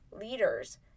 leaders